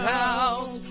house